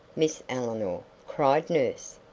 miss eleanor? cried nurse.